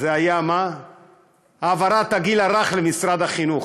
היה העברת הגיל הרך למשרד החינוך.